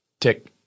tick